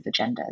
agendas